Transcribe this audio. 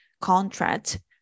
contract